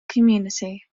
community